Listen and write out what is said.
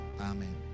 amen